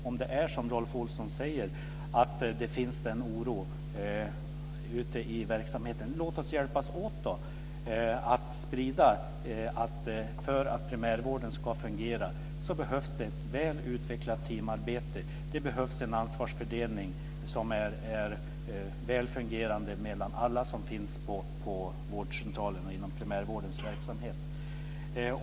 Om det är som Rolf Olsson säger, att det finns en oro ute i verksamheten, låt oss då hjälpas åt att sprida att för att primärvården ska fungera behövs ett väl utvecklat teamarbete och en väl fungerande ansvarsfördelning mellan alla som finns på vårdcentralerna inom primärvårdens verksamhet.